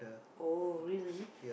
oh really